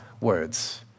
words